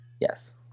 Yes